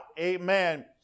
amen